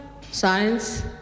science